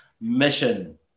mission